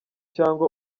cyangwa